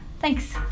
thanks